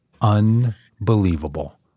unbelievable